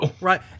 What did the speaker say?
Right